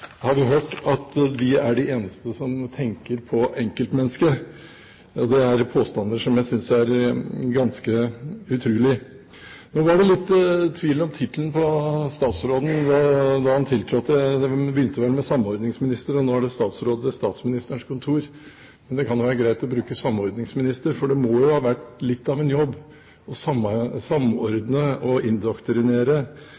Vi har hørt at regjeringspartiene, som er ansvarlige for økende helsekøer og kvalitetssvikt på svært mange av tjenestene som folk virkelig trenger, er de eneste som tenker på enkeltmennesket. Det er påstander som jeg synes er ganske utrolige. Nå var det litt tvil om tittelen på statsråden da han tiltrådte. Det begynte med samordningsminister, men nå er det statsråd ved Statsministerens kontor. Det kan være greit å bruke samordningsminister, for det må jo ha vært litt av